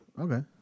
Okay